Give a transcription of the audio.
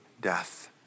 death